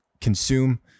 consume